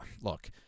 look